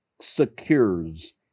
secures